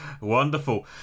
Wonderful